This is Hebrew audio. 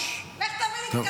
לך תביא לי טיפול.